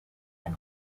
and